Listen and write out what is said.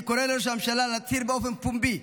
אני קורא לראש הממשלה להצהיר באופן פומבי